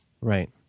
Right